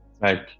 right